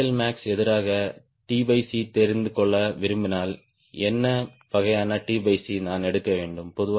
நான் CLmax எதிராகtc தெரிந்து கொள்ள விரும்பினால் என்ன வகையான நான் எடுக்க வேண்டும்